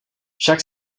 však